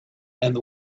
and